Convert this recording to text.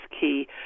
key